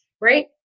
right